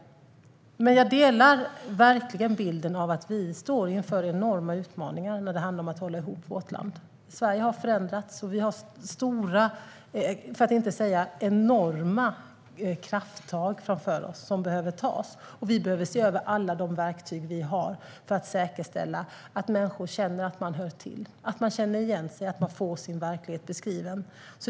Jag delar verkligen bilden att vi står inför enorma utmaningar när det handlar om att hålla ihop vårt land. Sverige har förändrats. Vi har stora, för att inte säga enorma, krafttag framför oss som behöver tas. Vi behöver se över alla de verktyg vi har för att säkerställa att människor känner att de hör till, att de känner igen sig och att de får sin verklighet beskriven.